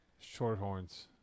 Shorthorns